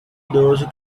idoso